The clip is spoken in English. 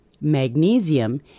magnesium